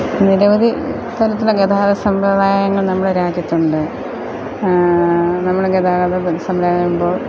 നിരവധി തരത്തിൽ ഗതാഗത സമ്പ്രദായങ്ങള് നമ്മുടെ രാജ്യത്തുണ്ട് നമ്മൾ ഗതാഗതം സംവിധാനം പറയുമ്പോൾ